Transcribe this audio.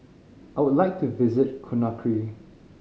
I would like to visit Conakry